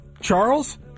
Charles